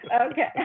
okay